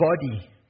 body